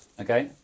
Okay